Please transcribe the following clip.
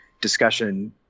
discussion